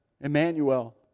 Emmanuel